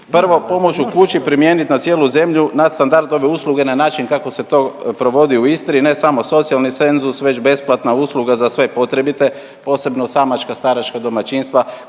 Prvo, pomoć u kući primijeniti na cijenu zemlju, nadstandard ove usluge na način kako se to provodi u Istri, ne samo socijalni cenzus, već besplatna usluga za sve potrebite posebno samačka staračka domaćinstva